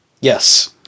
yes